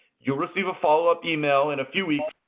you'll receive a follow up email in a few weeks